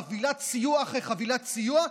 חבילת סיוע אחרי חבילת סיוע,